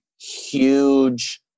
huge